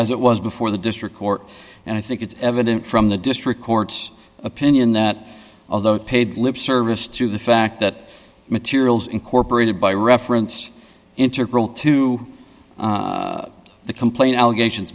as it was before the district court and i think it's evident from the district court's opinion that although paid lip service to the fact that materials incorporated by reference interpreted to the complaint allegations